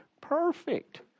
perfect